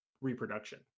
reproduction